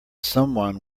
someone